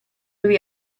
lui